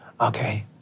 okay